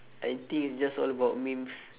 I think it's just all about memes